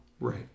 Right